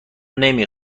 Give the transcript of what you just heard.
نمی